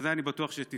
את זה אני בטוח שתפתרי,